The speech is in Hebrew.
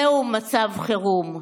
זהו מצב חירום.